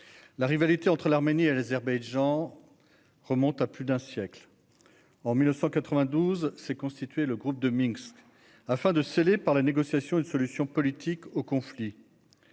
La rivalité entre l'Arménie et l'Azerbaïdjan remonte à plus d'un siècle. En 1992 s'est constitué le groupe de Minsk afin de trouver par la négociation une solution politique au conflit.